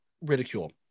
ridicule